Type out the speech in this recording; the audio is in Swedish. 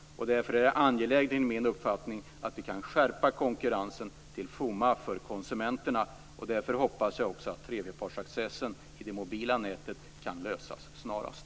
Därför är det enligt min uppfattning angeläget att vi kan skärpa konkurrensen till fromma för konsumenterna. Därför hoppas jag också att frågan om tredjepartsaccess i det mobila nätet kan lösas snarast.